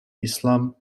islam